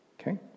Okay